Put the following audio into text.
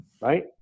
right